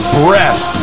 breath